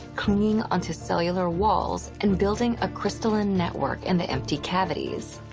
clinging onto cellular walls and building a crystalline network in the empty cavities.